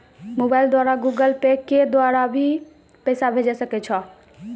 Mobile द्वारा Google Pay के द्वारा भी पैसा भेजै सकै छौ?